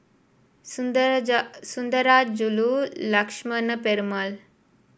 Sundarajulu Lakshmana Perumal